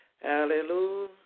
Hallelujah